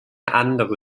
andere